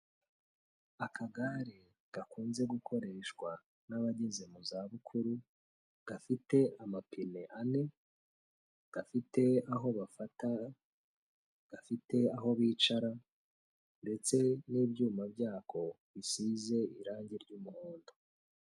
Akagare gakunze gukoreshwa n'abageze mu zabukuru, gafite amapine ane, gafite aho bafa, gafite aho bicara ndetse n'ibyuma byako bisize irangi ry'umuhondo.